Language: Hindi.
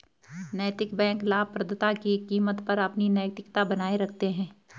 नैतिक बैंक लाभप्रदता की कीमत पर अपनी नैतिकता बनाए रखते हैं